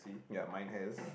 ya mine has